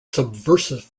subversive